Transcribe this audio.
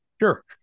Sure